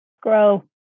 Grow